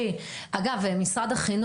אז קודם כל, הממצא החשוב